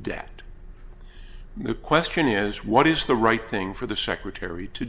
debt the question is what is the right thing for the secretary to